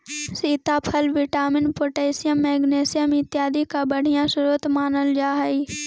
सीताफल vitamin, potassium, magnesium इत्यादि का बढ़िया स्रोत मानल जा हई